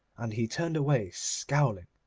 and he turned away scowling,